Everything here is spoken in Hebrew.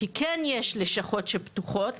כי כן יש לשכות שפתוחות,